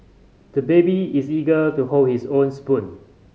the baby is eager to hold his own spoon